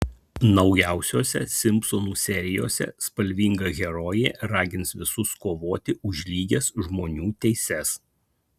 naujausiose simpsonų serijose spalvinga herojė ragins visus kovoti už lygias žmonių teises